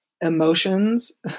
emotions